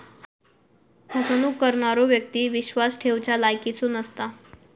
फसवणूक करणारो व्यक्ती विश्वास ठेवच्या लायकीचो नसता